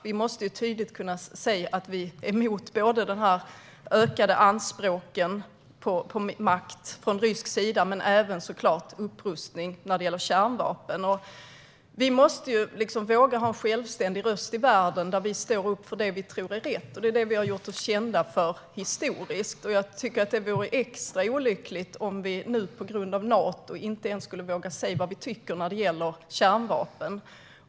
Vi måste tydligt kunna säga att vi är emot såväl de ökade anspråken på makt från rysk sida som upprustning när det gäller kärnvapen. Vi måste våga ha en självständig röst i världen, där vi står upp för det vi tror är rätt. Det är detta vi har gjort oss kända för historiskt sett. Det vore extra olyckligt om vi nu på grund av Nato inte ens skulle våga säga vad vi tycker när det gäller kärnvapen.